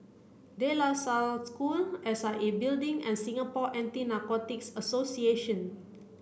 De La Salle School S I A Building and Singapore Anti Narcotics Association